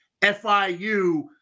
FIU